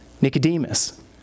Nicodemus